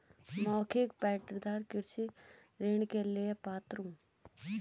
मौखिक पट्टेदार कृषि ऋण के लिए पात्र हैं